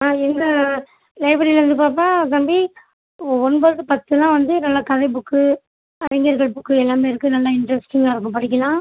இந்த லைப்ரரியில வந்து பாப்பா தம்பி ஒ ஒன்பது பத்துலாம் வந்து நல்லா கதை புக்கு கவிஞர்கள் புக்கு எல்லாமே இருக்கு நல்லா இண்ட்ரெஸ்ட்டிங்காக இருக்கும் படிக்கலாம்